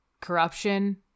corruption